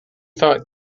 thought